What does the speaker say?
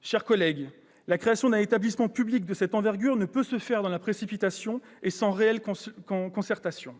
Mes chers collègues, la création d'un établissement public de cette envergure ne peut se faire dans la précipitation et sans réelle concertation.